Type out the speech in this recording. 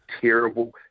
terrible